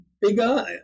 bigger